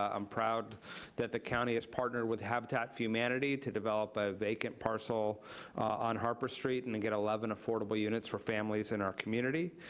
ah i'm proud that the county has partnered with habitat for humanity to develop a vacant parcel on harper street and and get eleven affordable units for families in our community,